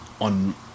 on